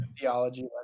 theology